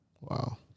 Wow